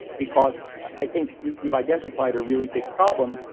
because i think you've you've identified a really big problem,